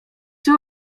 czy